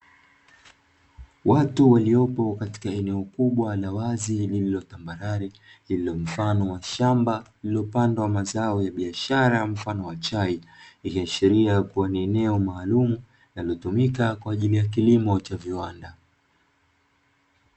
Watu waliopo katika eneo kubwa la wazi, lililo tambarare lililo mfano wa shamba, lililopandwa mazao ya biashara mfano wa chai, likiashiria kuwa ni eneo maalumu, linalotumika kwaajili ya kilimo cha viwanda.